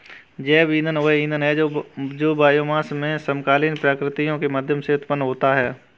जैव ईंधन वह ईंधन है जो बायोमास से समकालीन प्रक्रियाओं के माध्यम से उत्पन्न होता है